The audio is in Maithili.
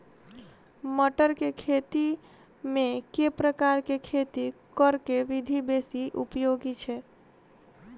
मटर केँ खेती मे केँ प्रकार केँ खेती करऽ केँ विधि बेसी उपयोगी छै?